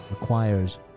requires